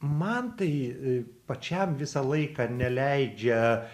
man tai pačiam visą laiką neleidžia